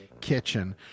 kitchen